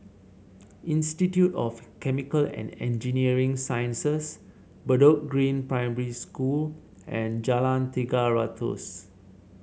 Institute of Chemical and Engineering Sciences Bedok Green Primary School and Jalan Tiga Ratus